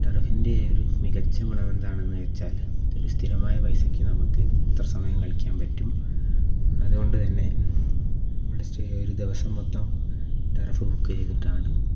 ടർഫിൻ്റെ ഒരു മികച്ച ഗുണം എന്താണെന്നു വച്ചാൽ ഒരു സ്ഥിരമായ പൈസയ്ക്കു നമുക്ക് ഇത്ര സമയം കളിക്കാൻ പറ്റും അതുകൊണ്ടുതന്നെ നമ്മുടെ ഒരു ദിവസം മൊത്തം ടർഫ് ബുക്ക് ചെയ്തിട്ടാണ്